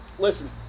Listen